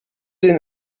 den